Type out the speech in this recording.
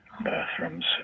bathrooms